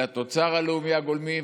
לתוצר הלאומי הגולמי,